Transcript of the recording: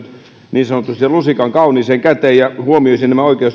niin sanotusti lusikan kauniiseen käteensä ja huomioisi